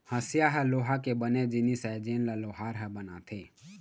हँसिया ह लोहा के बने जिनिस आय जेन ल लोहार ह बनाथे